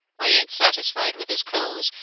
i ain't satisfied with his close,